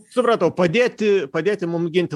supratau padėti padėti mum ginti